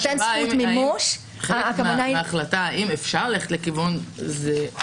שנותן זכות מימוש --- חלק מההחלטה האם אפשר ללכת לכיוון הזה.